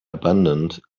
abandoned